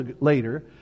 later